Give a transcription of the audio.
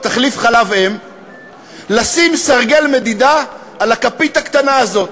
תחליף חלב אם לשים סרגל מדידה על הכפית הקטנה הזו,